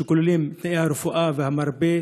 שכוללים את תנאי הרפואה והמרפא,